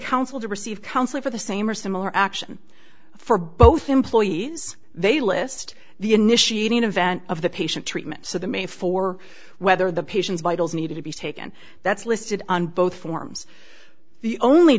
counseled to receive counseling for the same or similar action for both employees they list the initiating event of the patient treatment so the made for whether the patients vitals needed to be taken that's listed on both forms the only